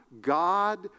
God